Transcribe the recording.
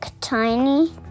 Tiny